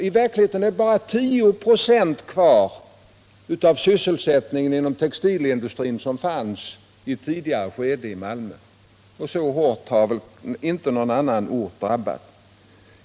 I verkligheten är bara 10 96 av sysselsättningen kvar vid den textilindustri som fanns i Malmö i ett tidigare skede, och så hårt har väl inte någon annan ort drabbats.